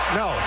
no